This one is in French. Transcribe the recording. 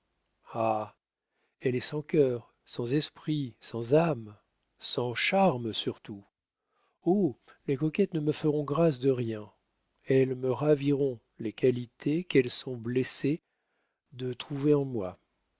elle est sans cœur sans esprit sans âme sans charme surtout oh les coquettes ne me feront grâce de rien elles me raviront les qualités qu'elles sont blessées de trouver en moi